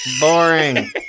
Boring